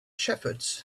shepherds